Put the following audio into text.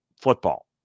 football